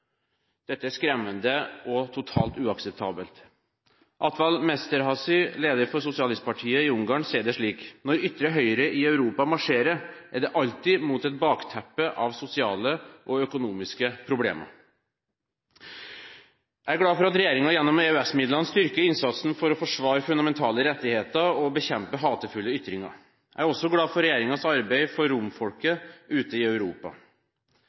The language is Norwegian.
Dette er skremmende og totalt uakseptabelt. Attila Mesterházy, leder for sosialistpartiet i Ungarn, sier at når ytre høyre i Europa marsjerer, er det alltid mot et bakteppe av sosiale og økonomiske problemer. Jeg er glad for at regjeringen gjennom EØS-midlene styrker innsatsen for å forsvare fundamentale rettigheter og bekjempe hatefulle ytringer. Jeg er også glad for regjeringens arbeid for romfolket ute i Europa.